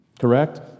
Correct